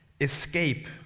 escape